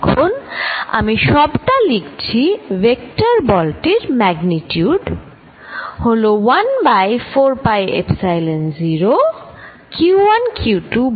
এখন আমি সবটা লিখছিভেক্টর বল টির ম্যাগনিচিউড হল 1 by 4 pi epsilon 0 q1q2 by r12 square